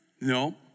No